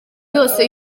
yose